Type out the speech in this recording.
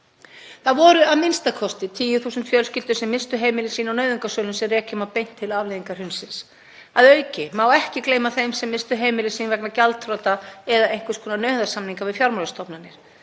Það voru a.m.k. 10.000 fjölskyldur sem misstu heimili sín á nauðungarsölum sem rekja má beint til afleiðinga hrunsins. Að auki má ekki gleyma þeim sem misstu heimili sín vegna gjaldþrota eða einhvers konar nauðasamninga við fjármálastofnanir.